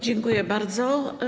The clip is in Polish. Dziękuję bardzo.